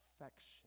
affection